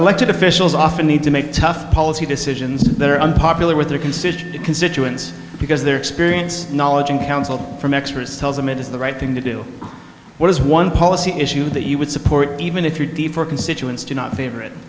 elected officials often need to make tough policy decisions that are unpopular with their concert constituents because their experience knowledge and counsel from experts tells them it is the right thing to do what is one policy issue that you would support even if your constituents do not favor it